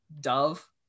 dove